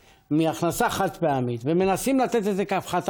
שיזם חבר הכנסת חמד עמאר יחד עם קבוצת חברי